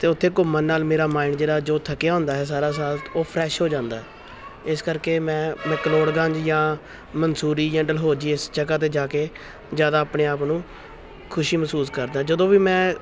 ਅਤੇ ਉੱਥੇ ਘੁੰਮਣ ਨਾਲ ਮੇਰਾ ਮਾਇੰਡ ਜਿਹੜਾ ਜੋ ਥੱਕਿਆ ਹੁੰਦਾ ਹੈ ਸਾਰਾ ਸਾਲ ਉਹ ਫਰੈਸ਼ ਹੋ ਜਾਂਦਾ ਇਸ ਕਰਕੇ ਮੈਂ ਮਕਲੋੜਗੰਜ ਜਾਂ ਮਨਸੂਰੀ ਜਾਂ ਡਲਹੋਜੀ ਇਸ ਜਗ੍ਹਾ 'ਤੇ ਜਾ ਕੇ ਜ਼ਿਆਦਾ ਆਪਣੇ ਆਪ ਨੂੰ ਖੁਸ਼ੀ ਮਹਿਸੂਸ ਕਰਦਾ ਜਦੋਂ ਵੀ ਮੈਂ